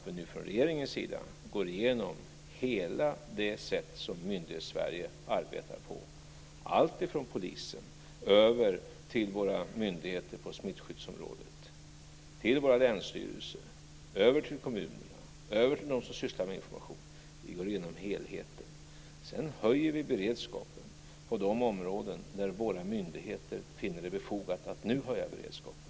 Vi går från regeringens sida igenom hela det sätt som Myndighetssverige arbetar på, allt från polisen över till våra myndigheter på smittskyddsområdet, till våra länsstyrelser över till kommunerna och över till dem som sysslar med information. Vi går igenom helheten. Sedan höjer vi beredskapen på de områden där våra myndigheter finner det befogat att nu höja beredskapen.